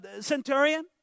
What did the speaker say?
centurion